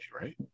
right